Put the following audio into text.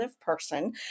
person